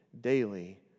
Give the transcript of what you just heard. daily